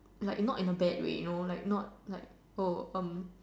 like in not in a bad way you know like not